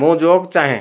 ମୁଁ ଜୋକ୍ ଚାହେଁ